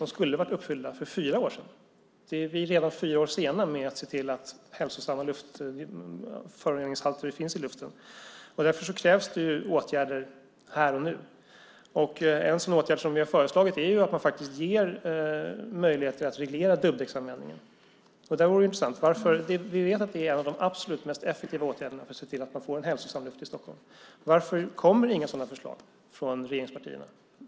De skulle ha varit uppfyllda för fyra år sedan. Vi är redan fyra år sena när det gäller föroreningshalterna i luften. Därför krävs det åtgärder här och nu. En sådan åtgärd som vi har föreslagit är att man faktiskt ger möjligheter att reglera dubbdäcksanvändningen. Vi vet att det är en av de absolut mest effektiva åtgärderna för att se till att man får en hälsosam luft i Stockholm. Varför kommer inga sådana förslag från regeringspartierna?